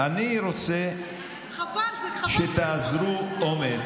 חבריא, אני רוצה שתאזרו אומץ.